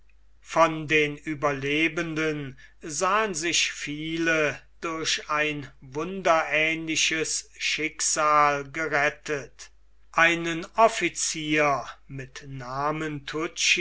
von den ueberlebenden sahen sich viele durch ein wunderähnliches schicksal gerettet einen offizier mit namen